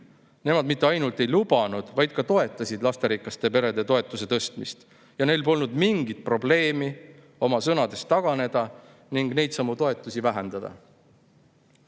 Nemad mitte ainult ei lubanud, vaid toetasid lasterikaste perede toetuse tõstmist, aga neil polnud mingit probleemi oma sõnadest taganeda ning neidsamu toetusi vähendada. Nõnda